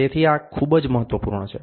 તેથી આ ખૂબ જ મહત્વપૂર્ણ છે